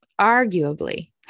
arguably